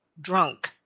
drunk